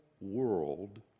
world